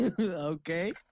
Okay